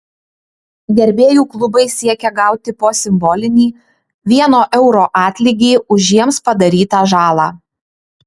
gerbėjų klubai siekia gauti po simbolinį vieno euro atlygį už jiems padarytą žalą